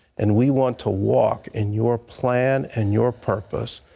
and we want to walk in your plan and your purpose.